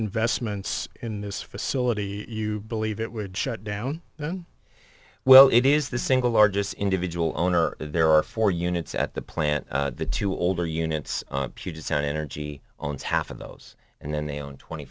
investments in this facility you believe it would shut down well it is the single largest individual owner there are four units at the plant the two older units puget sound energy owns half of those and then they own twenty